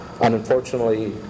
Unfortunately